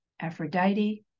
Aphrodite